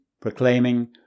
proclaiming